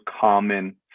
common